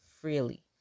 freely